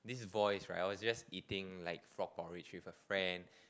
this boys right I was just eating like frog porridge with a friend